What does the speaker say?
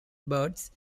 birds